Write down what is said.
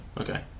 Okay